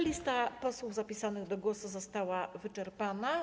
Lista posłów zapisanych do głosu została wyczerpana.